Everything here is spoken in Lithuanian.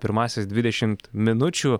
pirmąsias dvidešimt minučių